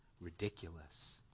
ridiculous